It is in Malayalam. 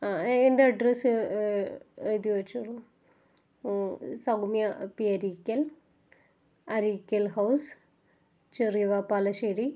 എന്റെ അഡ്രസ്സ് എഴുതി വച്ചോളു സൗമ്യ പെരിക്കൽ അരീക്കൽ ഹൗസ് ചെറിയവപാലശ്ശേരി